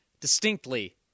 distinctly